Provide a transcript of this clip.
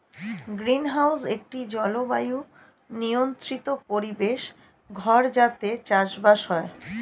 greenhouse একটি জলবায়ু নিয়ন্ত্রিত পরিবেশ ঘর যাতে চাষবাস হয়